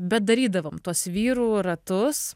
bet darydavom tuos vyrų ratus